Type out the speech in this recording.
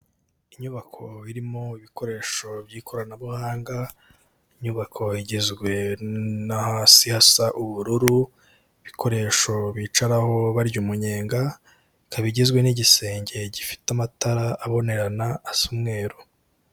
Inyubako irimo ibikoresho by'ikoranabuhanga, inyubako igizwe no hasi hasa ubururu, ibikoresho bicaraho barya umunyenga, ikaba igizwe n'igisenge gifite amatara abonerana asa umweru.